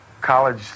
college